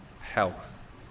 health